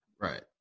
right